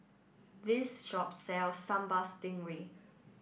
this shop sells Sambal Stingray